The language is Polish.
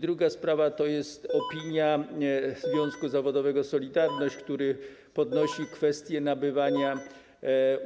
Druga sprawa to jest opinia związku zawodowego „Solidarność”, który podnosi kwestię nabywania